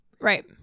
Right